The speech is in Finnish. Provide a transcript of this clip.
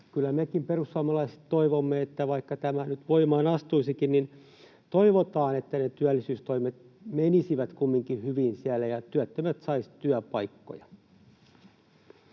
me perussuomalaisetkin toivomme, että vaikka tämä nyt voimaan astuisikin, niin ne työllisyystoimet menisivät kumminkin siellä hyvin ja työttömät saisivat työpaikkoja.